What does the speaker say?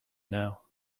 now